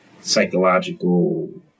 psychological